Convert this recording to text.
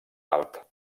alt